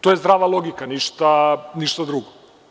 To je zdrava logika, ništa drugo.